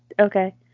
Okay